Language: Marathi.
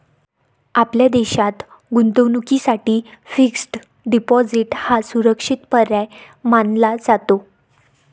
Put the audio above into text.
आपल्या देशात गुंतवणुकीसाठी फिक्स्ड डिपॉजिट हा सुरक्षित पर्याय मानला जातो